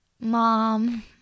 mom